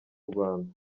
rwanda